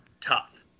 tough